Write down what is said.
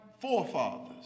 forefathers